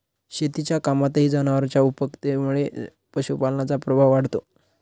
शेतीच्या कामातही जनावरांच्या उपयुक्ततेमुळे पशुपालनाचा प्रभाव वाढतो